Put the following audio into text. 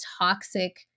toxic